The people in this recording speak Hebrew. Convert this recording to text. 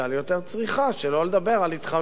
שלא לדבר על ההתחממות הגלובלית.